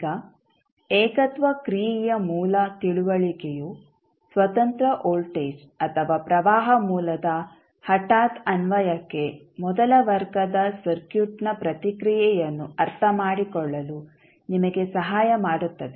ಈಗ ಏಕತ್ವ ಕ್ರಿಯೆಯ ಮೂಲ ತಿಳುವಳಿಕೆಯು ಸ್ವತಂತ್ರ ವೋಲ್ಟೇಜ್ ಅಥವಾ ಪ್ರವಾಹ ಮೂಲದ ಹಠಾತ್ ಅನ್ವಯಕ್ಕೆ ಮೊದಲ ವರ್ಗದ ಸರ್ಕ್ಯೂಟ್ನ ಪ್ರತಿಕ್ರಿಯೆಯನ್ನು ಅರ್ಥಮಾಡಿಕೊಳ್ಳಲು ನಿಮಗೆ ಸಹಾಯ ಮಾಡುತ್ತದೆ